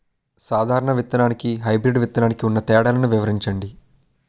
సాధారణ విత్తననికి, హైబ్రిడ్ విత్తనానికి ఉన్న తేడాలను వివరించండి?